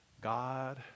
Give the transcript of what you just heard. God